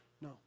No